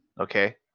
okay